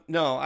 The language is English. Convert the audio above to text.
no